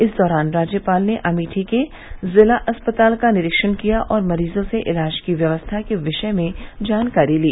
इस दौरान राज्यपाल ने अमेठी के जिला अस्पताल का निरीक्षण किया और मरीजों से इलाज की व्यवस्था के विषय में जानकारी ली